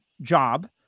job